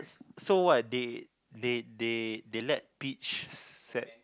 so what they they they they let peach set